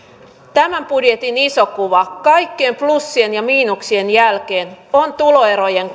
tämän budjetin iso kuva kaikkien plussien ja miinuksien jälkeen on tuloerojen